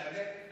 את האמת,